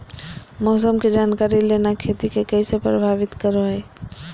मौसम के जानकारी लेना खेती के कैसे प्रभावित करो है?